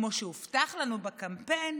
כמו שהובטח לנו בקמפיין,